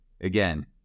again